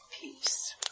peace